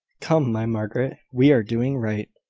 come, my margaret, we are doing right.